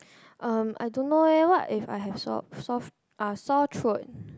um I don't know leh what if I have sore soft uh sore throat